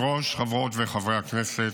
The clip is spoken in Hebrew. חברות וחברי הכנסת,